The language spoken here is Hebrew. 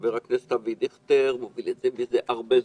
חבר הכנסת אבי דיכטר מוביל את זה הרבה זמן,